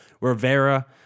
Rivera